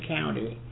County